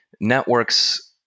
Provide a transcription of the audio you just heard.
Networks